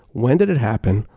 when did it happen,